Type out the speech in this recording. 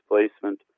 displacement